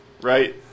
Right